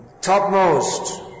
topmost